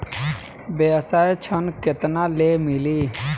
व्यवसाय ऋण केतना ले मिली?